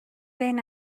بین